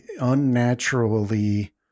unnaturally